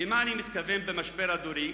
למה אני מתכוון ב"משבר הדורי"?